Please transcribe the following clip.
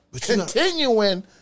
continuing